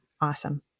Awesome